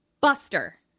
Buster